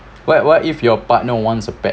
what what if your partner wants a pet